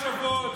27 שבועות,